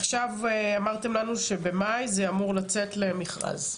עכשיו אמרתם לנו שבמאי זה אמור לצאת למכרז,